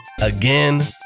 Again